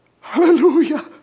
Hallelujah